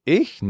ich